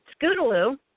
Scootaloo